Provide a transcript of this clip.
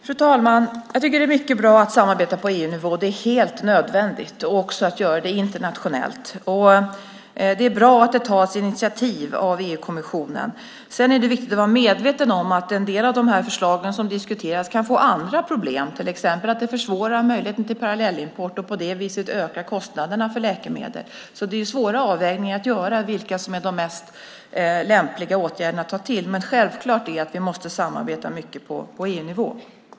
Fru talman! Jag tycker att det är mycket bra att samarbeta på EU-nivå. Det är helt nödvändigt, och det gäller också att göra det internationellt. Det är bra att EU-kommissionen tar initiativ. Det är också viktigt att vara medveten om att en del av de förslag som diskuteras kan medföra andra problem, till exempel kan det försvåra möjligheten till parallellimport och på det viset öka kostnaderna för läkemedel. Det är svåra avvägningar att göra när det gäller vilka åtgärder som är mest lämpliga att ta till, men det är självklart att vi måste samarbeta mycket på EU-nivå.